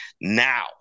now